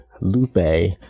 Lupe